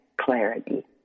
clarity